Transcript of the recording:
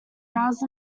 housed